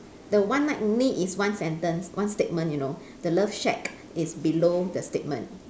the one night only is one sentence one statement you know the love shack is below the statement